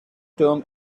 term